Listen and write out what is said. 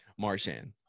Marshan